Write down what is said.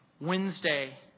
Wednesday